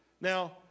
now